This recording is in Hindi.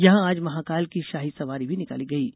यहां आज महाकाल की शाही सवारी भी निकाली जायेगी